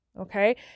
Okay